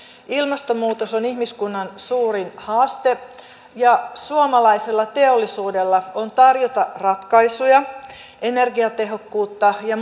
ilmastonmuutos on ihmiskunnan suurin haaste ja suomalaisella teollisuudella on tarjota ratkaisuja energiatehokkuutta ja